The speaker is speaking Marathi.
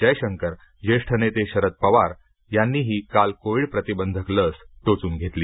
जयशंकर ज्येष्ठ नेते शरद पवार यांनीही काल कोविड प्रतिबंधक लस टोचून घेतली